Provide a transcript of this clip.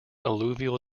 alluvial